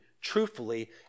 truthfully